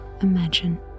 imagine